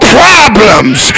problems